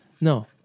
No